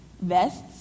vests